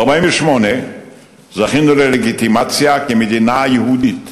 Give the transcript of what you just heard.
ב-1948 זכינו ללגיטימציה כמדינה יהודית.